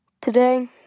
today